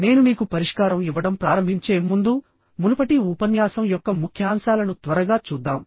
నేను మీకు పరిష్కారం ఇవ్వడం ప్రారంభించే ముందు మునుపటి ఉపన్యాసం యొక్క ముఖ్యాంశాలను త్వరగా చూద్దాం